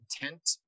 intent